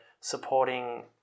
supporting